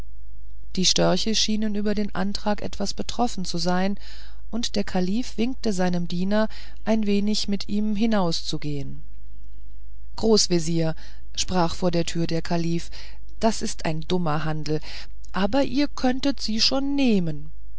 die störche schienen über den antrag etwas betroffen zu sein und der kalif winkte seinem diener ein wenig mit ihm hinauszugehen großvezier sprach vor der türe der kalif das ist ein dummer handel aber ihr könntet sie schon nehmen